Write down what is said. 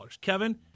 Kevin